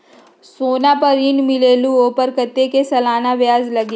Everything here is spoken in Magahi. सोना पर ऋण मिलेलु ओपर कतेक के सालाना ब्याज लगे?